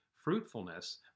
fruitfulness